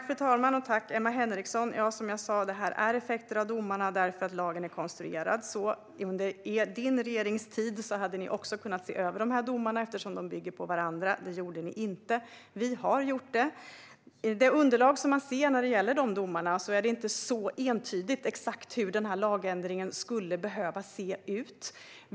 Fru talman! Som jag sa är detta effekter av domarna eftersom lagen är konstruerad så. Under Emma Henrikssons regeringstid hade ni också kunnat se över domarna eftersom de ligger på varandra. Det gjorde ni inte. Vi har gjort det. I underlaget när det gäller domarna ser man att det inte är så entydigt exakt hur lagändringen skulle behöva se ut.